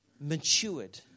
matured